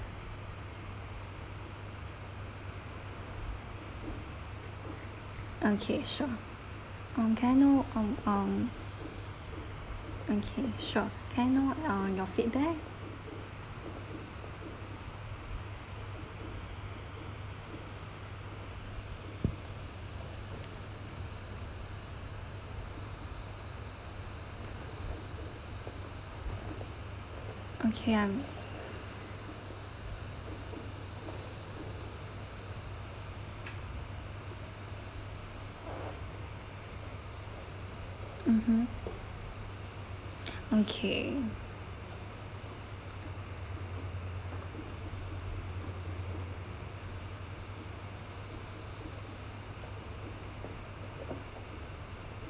okay sure um can I know um um okay sure can I know uh your feedback okay I'm mmhmm okay